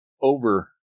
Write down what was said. over